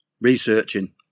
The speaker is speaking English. researching